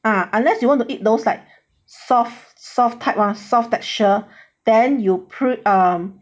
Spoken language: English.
ah unless you want to eat those like soft soft type [one] soft texture then you put um